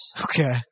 Okay